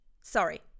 Sorry